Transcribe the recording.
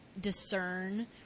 discern